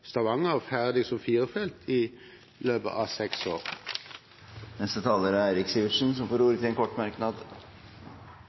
i løpet av seks år? Representanten Eirik Sivertsen har hatt ordet to ganger tidligere og får ordet til en kort merknad,